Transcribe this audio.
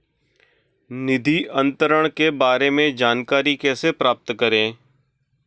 निधि अंतरण के बारे में जानकारी कैसे प्राप्त करें?